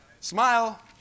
Smile